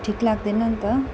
ठिक लाग्दैन नि त